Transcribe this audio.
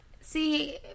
See